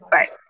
Right